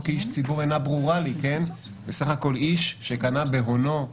כאיש ציבור אינה ברורה לי איש שקנה בהונו חברה,